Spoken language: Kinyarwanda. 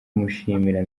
kumushimira